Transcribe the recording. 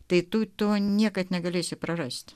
tai tu tu niekad negalėsi prarasti